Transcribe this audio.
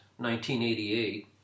1988